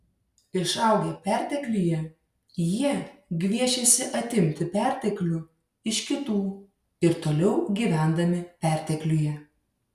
išaugę pertekliuje jie gviešėsi atimti perteklių iš kitų ir toliau gyvendami pertekliuje